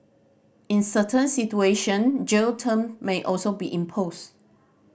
in certain situation jail term may also be imposed